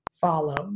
follow